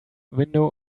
window